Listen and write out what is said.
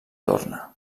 torna